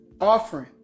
Offering